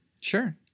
Sure